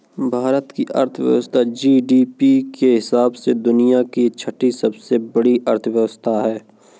भारत की अर्थव्यवस्था जी.डी.पी के हिसाब से दुनिया की छठी सबसे बड़ी अर्थव्यवस्था है